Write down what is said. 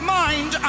mind